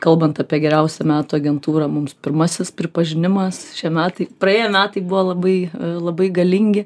kalbant apie geriausią metų agentūrą mums pirmasis pripažinimas šie metai praėję metai buvo labai labai galingi